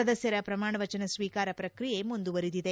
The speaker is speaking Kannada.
ಸದಸ್ಯರ ಪ್ರಮಾಣ ವಚನ ಸ್ತೀಕಾರ ಪ್ರಕ್ರಿಯೆ ಮುಂದುವರೆದಿದೆ